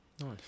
Nice